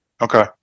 okay